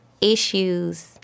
issues